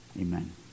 Amen